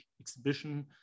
exhibition